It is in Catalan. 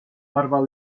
barba